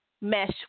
mesh